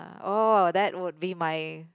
oh that would be my